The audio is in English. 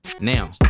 now